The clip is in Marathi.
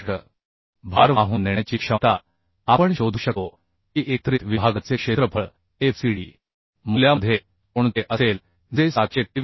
61 भार वाहून नेण्याची क्षमता आपण शोधू शकतो की एकत्रित विभागाचे क्षेत्रफळ Fcd मूल्यामध्ये कोणते असेल जे 723